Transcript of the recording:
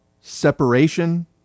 separation